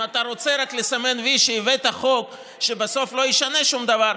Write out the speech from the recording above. אם אתה רוצה רק לסמן וי שהבאת חוק שבסוף לא ישנה דבר,